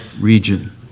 region